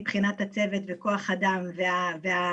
מבחינת הצוות וכוח האדם והמקצועיות